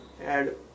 add